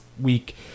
week